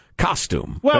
Costume